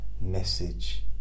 message